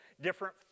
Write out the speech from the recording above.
different